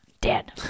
dead